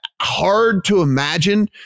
hard-to-imagine